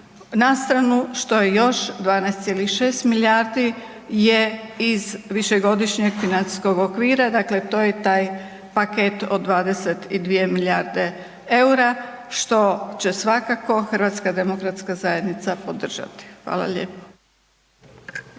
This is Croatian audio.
Nastranu što je još 12,6 milijardi je iz višegodišnjeg financijskog okvira, dakle to je taj paket od 22 milijarde eura što će svakako HDZ podržati. Hvala lijepo.